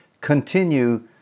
continue